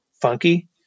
funky